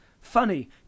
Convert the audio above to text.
Funny